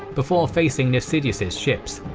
before facing nasidius' ships.